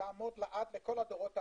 תעמוד לעד לכל הדורות העתידיים.